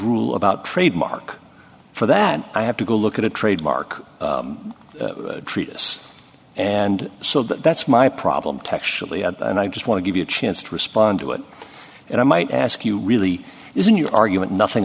rule about trademark for that i have to go look at a trademark treatise and so that's my problem and i just want to give you a chance to respond to it and i might ask you really isn't your argument nothing